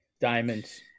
diamonds